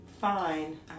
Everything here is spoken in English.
fine